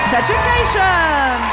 education